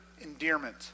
endearment